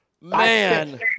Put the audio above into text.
Man